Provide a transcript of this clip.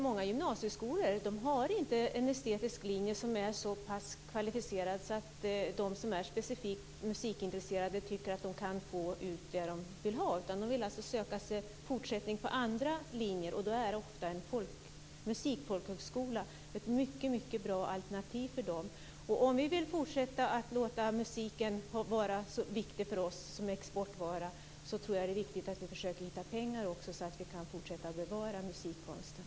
Många gymnasieskolor har inte en estetisk linje som är så pass kvalificerad att de som är specifikt musikintresserade tycker att de kan få ut det de vill ha. De vill alltså söka en fortsättning på andra linjer. Då är ofta en musikfolkhögskola ett mycket bra alternativ för dem. Om vi vill fortsätta att låta musiken vara en mycket viktig exportvara för oss tror jag att det är väsentligt att vi också försöker hitta pengar så att vi fortsatt kan bevara musikkonsten.